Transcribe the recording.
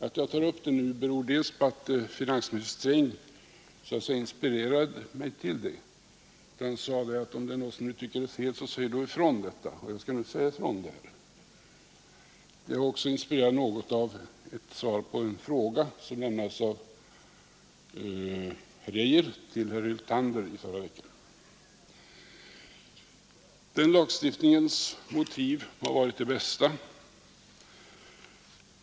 Att jag tar upp den saken nu beror delvis på att finansminister Sträng så att säga inspirerade mig till det, då han sade att om det är något som ni tycker är fel, så säg ifrån det. Jag skall nu säga ifrån. Men jag är också något inspirerad av ett svar på en fråga av herr Hyltander i förra veckan. Det var justitieminister Geijer som lämnade det svaret. Motiven för den ändrade lagstiftningen har varit de bästa.